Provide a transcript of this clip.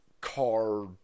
car